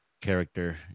character